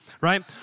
right